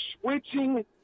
switching